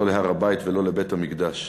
לא להר-הבית ולא לבית-המקדש,